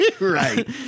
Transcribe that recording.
Right